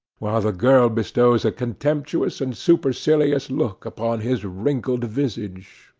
while the girl bestows a contemptuous and supercilious look upon his wrinkled visage.